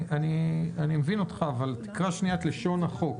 אני מבין אותך אבל קרא את לשון החוק